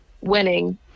winning